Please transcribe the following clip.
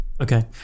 Okay